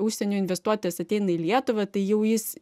užsienio investuotojas ateina į lietuvą tai jau jis